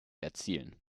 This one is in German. erzielen